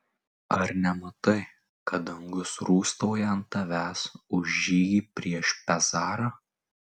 ar nematai kad dangus rūstauja ant tavęs už žygį prieš pezarą